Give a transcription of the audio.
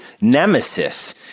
nemesis